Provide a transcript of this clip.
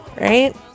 right